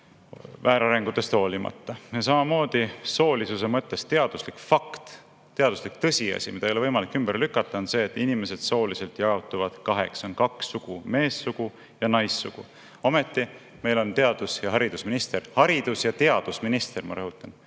väärarengutest hoolimata. Ja samamoodi soolisuse mõttes teaduslik fakt, teaduslik tõsiasi, mida ei ole võimalik ümber lükata, on see, et inimesed sooliselt jaotuvad kaheks, on kaks sugu, meessugu ja naissugu. Ometi meil on teadus- ja haridusminister – haridus- ja teadusminister, ma rõhutan